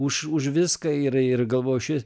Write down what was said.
už už viską ir ir galvojo išvis